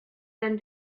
been